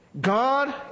God